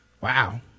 wow